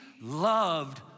loved